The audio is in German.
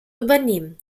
übernehmen